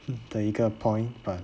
的一个 point